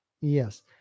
Yes